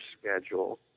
schedule